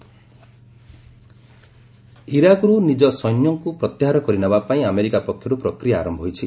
US Iraq ଇରାକ୍ରୁ ନିଜ ସୈନ୍ୟଙ୍କୁ ପ୍ରତ୍ୟାହାର କରିନେବା ପାଇଁ ଆମେରିକା ପକ୍ଷରୁ ପ୍ରକ୍ରିୟା ଆରମ୍ଭ ହୋଇଛି